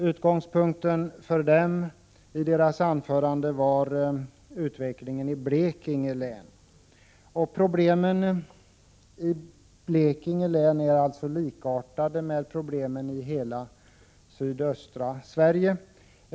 Utgångspunkten i deras anföranden har varit utvecklingen i Blekinge län. Problemen i Blekinge län är likartade med problemen i hela sydöstra Sverige.